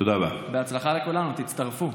בהצלחה לכולנו, תצטרפו.